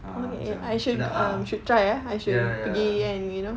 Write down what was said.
err macam sedap ah ya ya